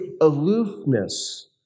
aloofness